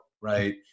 right